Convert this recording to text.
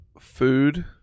food